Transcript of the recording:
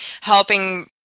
helping